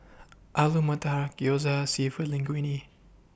Alu Matar Gyoza Seafood Linguine